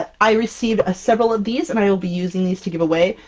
ah i received ah several of these and i will be using these to giveaway.